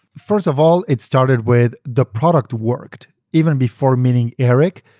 first of all, it started with the product worked. even before meeting eric,